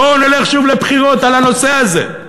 בואו נלך שוב לבחירות על הנושא הזה.